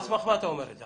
על סמך מה אתה אומר את זה?